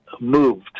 moved